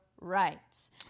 rights